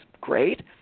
great